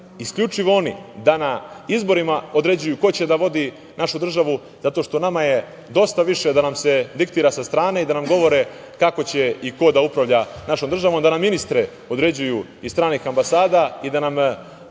isključivo oni, da na izborima određuju ko će da vodi našu državu zato što nama je dosta više da nam se diktira sa strane i da nam govore kako će i ko će da upravlja našom državom, da nam ministre određuju iz stranih ambasada i da nam